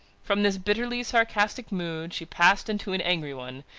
from this bitterly sarcastic mood she passed into an angry one,